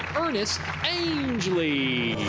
ernest angley!